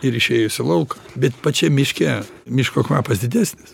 ir išėjus į lauką bet pačiam miške miško kvapas didesnis